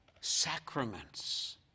Sacraments